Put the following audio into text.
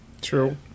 True